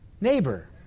neighbor